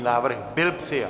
Návrh byl přijat.